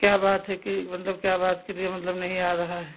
क्या बात है कि मतलब क्या बात के लिए मतलब नहीं आ रहा है